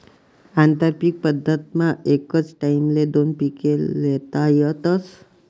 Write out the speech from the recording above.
आंतरपीक पद्धतमा एकच टाईमले दोन पिके ल्हेता येतस